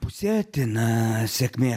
pusėtina sėkmė